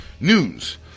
News